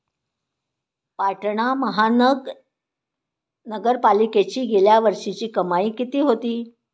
पाटणा महानगरपालिकेची गेल्या वर्षीची कमाई किती होती?